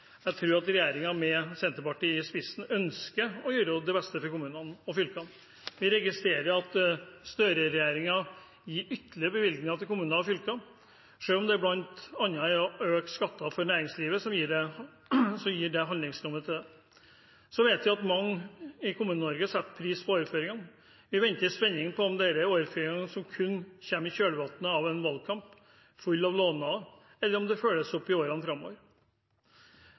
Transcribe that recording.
jeg tror regjeringen, med Senterpartiet i spissen, ønsker å gjøre det beste for kommunene og fylkene. Jeg registrerer at Støre-regjeringen gir ytterligere bevilgninger til kommuner og fylker, selv om det bl.a. er økte skatter for næringslivet som gir handlingsrom til det. Så vet vi at mange i Kommune-Norge setter pris på overføringene. Vi venter i spenning på å se om dette er overføringer som kun kommer i kjølvannet av en valgkamp full av lovnader, eller om det følges opp i årene framover.